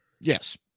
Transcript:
Yes